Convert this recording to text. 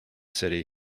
city